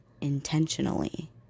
intentionally